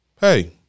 hey